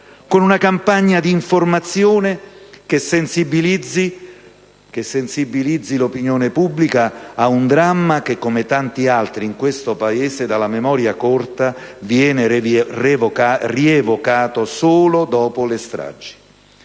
con una campagna di informazione che sensibilizzi l'opinione pubblica nei confronti di un dramma che, come tanti altri in questo Paese dalla memoria corta, viene rievocato solo dopo le stragi.